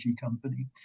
company